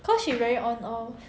cause she very on off